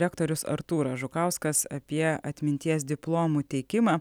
rektorius artūras žukauskas apie atminties diplomų teikimą